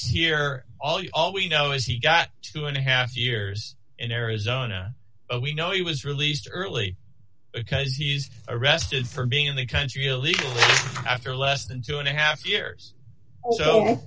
the all we know is he got two and a half years in arizona we know he was released early because he's arrested for being in the country illegally after less than two and a half years